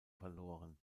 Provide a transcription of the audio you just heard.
verloren